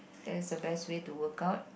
that's the best way to work out